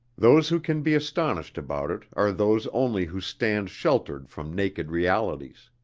those who can be astonished about it are those only who stand sheltered from naked realities.